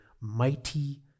mighty